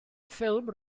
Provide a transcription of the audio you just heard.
ffilm